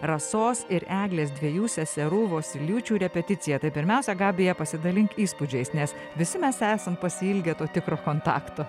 rasos ir eglės dviejų seserų vosyliūčių repeticiją tai pirmiausia gabija pasidalink įspūdžiais nes visi mes esam pasiilgę to tikro kontakto